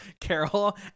Carol